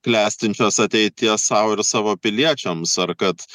klestinčios ateities sau ir savo piliečiams ar kad